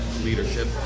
leadership